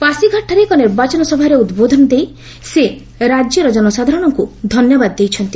ପାଶିଘାଟ୍ ଠାରେ ଏକ ନିର୍ବାଚନ ସଭାରେ ଉଦ୍ବୋଧନ ଦେଇ ସେ ରାଜ୍ୟର ଜନସାଧାରଣଙ୍କୁ ଧନ୍ୟବାଦ ଜଣାଇଛନ୍ତି